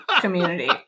community